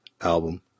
album